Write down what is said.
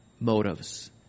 motives